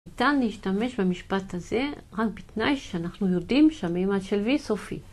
ניתן להשתמש במשפט הזה רק בתנאי שאנחנו יודעים שהמימד של V סופי.